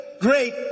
great